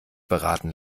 beraten